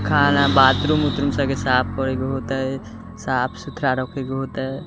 खाना बाथरूम उथरूम सबके साफ करैके होतै साफ सुथरा रखैके होतै